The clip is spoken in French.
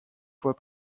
voie